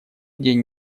день